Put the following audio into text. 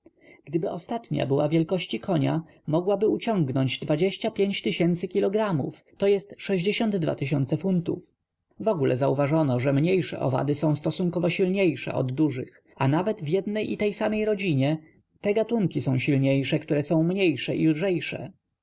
gdyby ostatnia była wielkości konia mogłaby uciągnąć kilogramów t j funtów wogóle zaważono że mniejsze owady są stosunkowo silniejsze od dużych a nawet w jednej i tej samej rodzinie te gatunki są silniejsze które są mniejsze i lżejsze